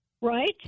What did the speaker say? Right